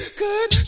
good